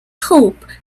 hope